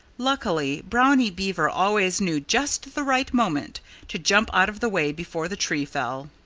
luckily, brownie beaver always knew just the right moment to jump out of the way before the tree fell.